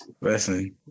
Listen